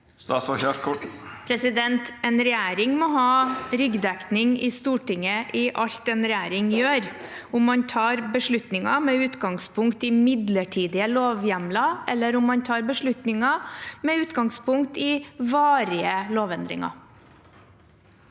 Statsråd Ingvild Kjerkol En regjering må ha ryggdekning i Stortinget i alt den gjør, enten man tar beslutninger med utgangspunkt i midlertidige lovhjemler, eller om man tar beslutninger med utgangspunkt i varige lovendringer.